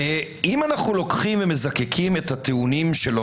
אם אנו לוקחים ומזקקים את הטיעונים שלו